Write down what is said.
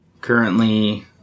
currently